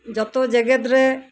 ᱡᱚᱛᱚ ᱡᱮᱜᱮᱛ ᱨᱮ